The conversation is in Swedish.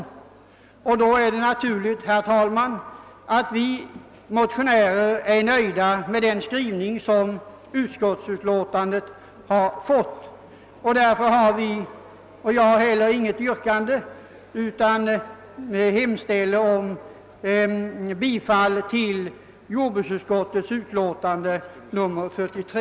Under sådana förhållanden är det naturligt, herr talman, att vi motionärer är nöjda med den skrivning som utskottsutlåtandet fått. Därför har jag heller inget särskilt yrkande, utan hemställer om bifall till jordbruksutskottets förslag.